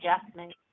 adjustment